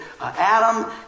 Adam